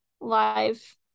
live